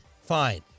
fine